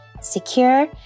secure